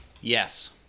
Yes